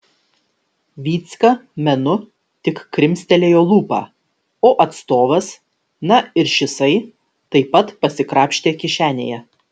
vycka menu tik krimstelėjo lūpą o atstovas na ir šisai taip pat pasikrapštė kišenėje